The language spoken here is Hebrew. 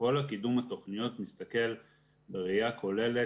שכל קידום התוכניות מסתכל בראיה כוללת.